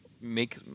make